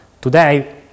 today